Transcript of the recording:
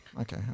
Okay